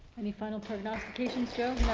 any final prognostications joe